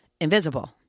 invisible